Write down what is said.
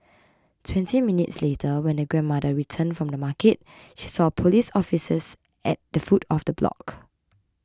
twenty minutes later when the grandmother returned from the market she saw police officers at the foot of the block